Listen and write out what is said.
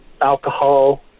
alcohol